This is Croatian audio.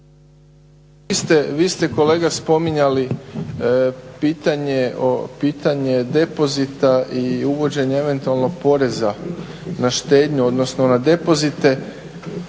Vi ste kolega spominjali pitanje depozita i uvođenje eventualnog poreza na štednju odnosno na depozite,